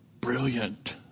Brilliant